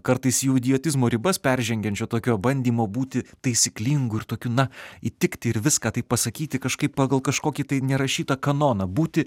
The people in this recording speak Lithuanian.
kartais jau į diatizmo ribas peržengiančio tokio bandymo būti taisyklingu ir tokiu na įtikti ir viską taip pasakyti kažkaip pagal kažkokį tai nerašytą kanoną būti